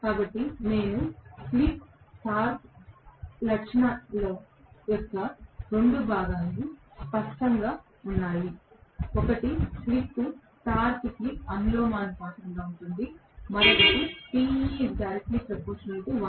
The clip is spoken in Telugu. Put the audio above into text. కాబట్టి నాకు స్లిప్ టార్క్ లక్షణాల యొక్క 2 భాగాలు స్పష్టంగా ఉన్నాయి ఒకటి స్లిప్ టార్క్కు అనులోమానుపాతంలో ఉంటుంది మరొకటి